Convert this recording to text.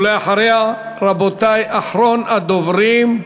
ולאחריה, רבותי, אחרון הדוברים,